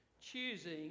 Choosing